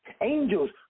Angels